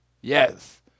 Yes